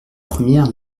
première